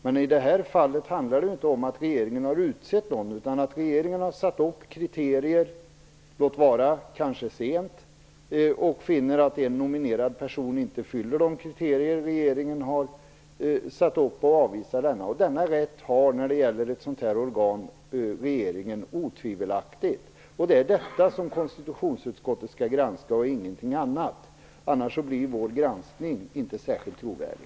Men i det här fallet handlar det ju inte om att regeringen har utsett någon, utan regeringen har satt upp kriterier - låt vara sent - och funnit att en nominerad person inte fyller dessa kriterier och avvisat denne. Denna rätt har regeringen otvivelaktigt när det gäller ett sådant här organ. Det är detta som konstitutionsutskottet skall granska, ingenting annat. Annars blir vår granskning inte särskilt trovärdig.